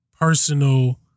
personal